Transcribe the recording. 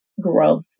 growth